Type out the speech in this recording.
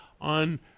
on